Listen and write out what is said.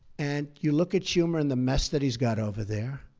and you look at schumer and the mess that he's got over there,